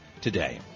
today